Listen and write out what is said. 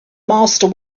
master